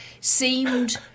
seemed